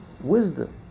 wisdom